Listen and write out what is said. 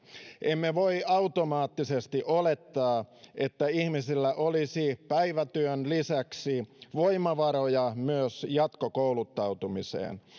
emme voi automaattisesti olettaa että ihmisillä olisi päivätyön lisäksi voimavaroja jatkokouluttautumiseen